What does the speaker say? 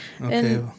okay